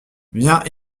viens